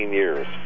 years